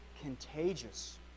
contagious